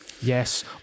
yes